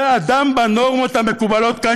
זה אדם בנורמות המקובלות כאן,